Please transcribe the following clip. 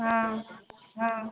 हँ हँ